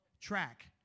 Track